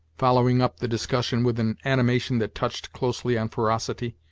following up the discussion with an animation that touched closely on ferocity,